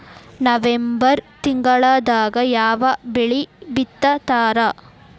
November ತಿಂಗಳದಾಗ ಯಾವ ಬೆಳಿ ಬಿತ್ತತಾರ?